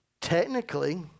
Technically